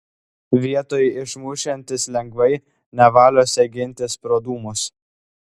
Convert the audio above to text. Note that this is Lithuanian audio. vietoj išmušiantis lengvai nevaliosią gintis pro dūmus